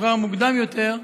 שוחרר מוקדם יותר,